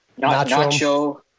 Nacho